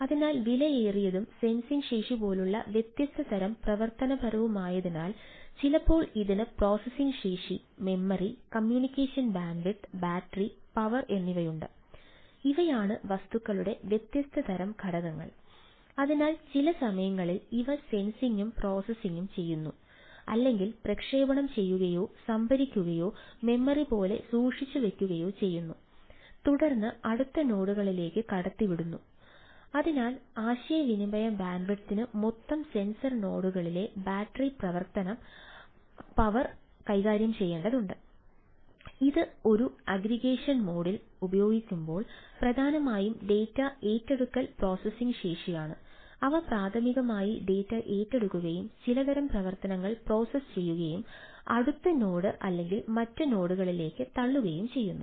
അതിനാൽ വിലയേറിയതും സെൻസിംഗ് ശേഷി പോലുള്ള വ്യത്യസ്ത തരം പ്രവർത്തനപരവുമായതിനാൽ ചിലപ്പോൾ ഇതിന് പ്രോസസ്സിംഗ് ശേഷി മെമ്മറി അല്ലെങ്കിൽ മറ്റ് നോഡുകളിലേക്ക് തള്ളുകയും ചെയ്യുന്നു